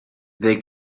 they